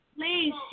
please